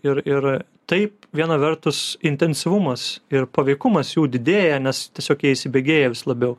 ir ir taip viena vertus intensyvumas ir paveikumas jų didėja nes tiesiog jie įsibėgėja vis labiau